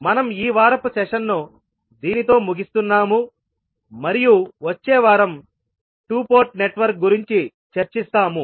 మనం ఈ వారపు సెషన్ను దీనితో ముగిస్తున్నాము మరియు వచ్చే వారం 2 పోర్ట్ నెట్వర్క్ గురించి చర్చిస్తాము